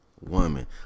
woman